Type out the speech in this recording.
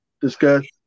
discuss